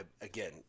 Again